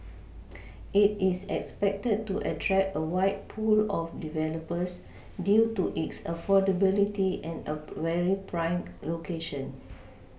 it is expected to attract a wide pool of developers due to its affordability and a very prime location